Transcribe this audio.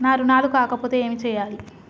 నా రుణాలు కాకపోతే ఏమి చేయాలి?